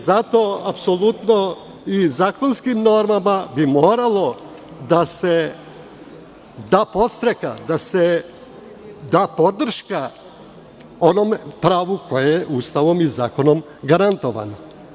Zato zakonskim normama bi moralo da se da podstrek, da se da podrška onom pravu koje je Ustavom i zakonom garantovano.